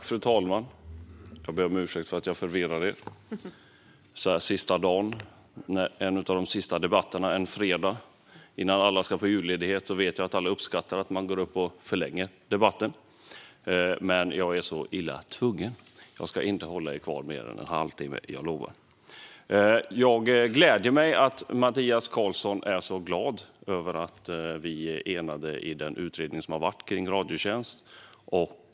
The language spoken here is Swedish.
Fru talman! Så här på en fredag, sista dagen innan alla ska på julledighet, vet jag att inte alla uppskattar att man går upp och förlänger debatten. Men jag är så illa tvungen. Jag ska inte hålla er kvar mer än en halvtimme. Jag lovar. Jag gläder mig åt att Mattias Karlsson är så glad över att vi är enade vad gäller den utredning som har gjorts om Radiotjänst.